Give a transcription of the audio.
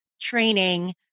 training